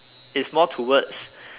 it's more towards